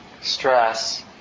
stress